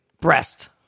breast